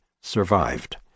survived